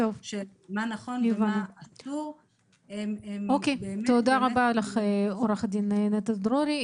מה נכון ומה אסור --- תודה רבה עורכת הדין נטע דרורי,